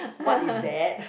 what is that